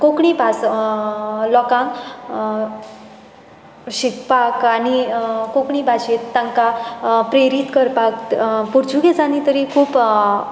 कोंकणी भास लोकांक शिकपाक आनी कोंकणी भाशेंत तांकां प्रेरीत करपाक पुर्तुगेजांनी तरी खूब